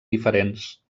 diferents